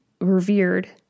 revered